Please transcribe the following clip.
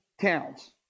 towns